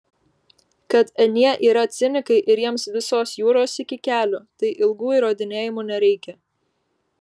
kad anie yra cinikai ir jiems visos jūros iki kelių tai ilgų įrodinėjimų nereikia